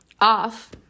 off